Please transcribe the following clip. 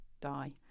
die